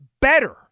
better